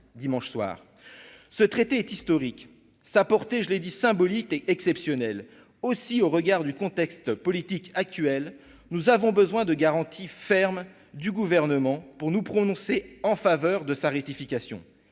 dimanche soir, ce traité est historique, sa portée, je l'ai dit symbolique et exceptionnel aussi, au regard du contexte politique actuel, nous avons besoin de garanties fermes du gouvernement pour nous prononcer en faveur de sa ratification